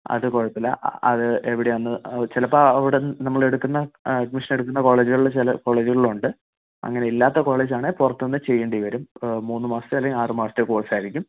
അത് കുഴപ്പമില്ല അ അത് എവിടന്ന് ചിലപ്പം അവിടന്ന് നമ്മൾ എടുക്കുന്ന അഡ്മിഷൻ എടുക്കുന്ന കോളേജുകളിൽ ചില കോളേജ്കളിൽ ഉണ്ട് അങ്ങനെ ഇല്ലാത്ത കോളേജുകളിൽ ആണെങ്കിൽ പുറത്ത് നിന്ന് ചെയ്യേണ്ടി വരും മൂന്ന് മാസത്തെ അല്ലങ്കിൽ ആറ് മാസത്തെ കോഴ്സ് ആയിരിക്കും